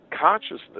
consciousness